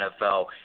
NFL